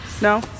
No